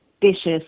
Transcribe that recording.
dishes